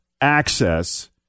access